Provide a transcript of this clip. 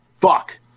fuck